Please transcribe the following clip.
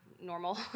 normal